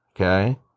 Okay